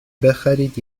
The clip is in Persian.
بخرید